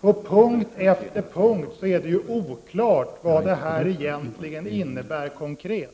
På punkt efter punkt är det ju oklart vad detta förslag konkret innebär.